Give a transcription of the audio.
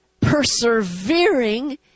persevering